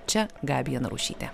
čia gabija narušytė